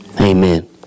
Amen